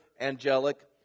angelic